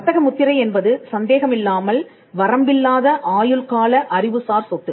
வர்த்தக முத்திரை என்பது சந்தேகமில்லாமல் வரம்பில்லாத ஆயுள் கால அறிவுசார் சொத்து